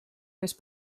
més